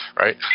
right